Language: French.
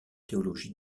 théologie